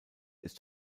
ist